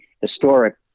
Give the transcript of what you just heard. historic